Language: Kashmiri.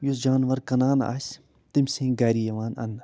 یُس جانوَر کٕنان آسہِ تٔمۍ سٕنٛدۍ گَرِ یِوان اَننہٕ